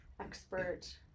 expert